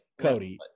cody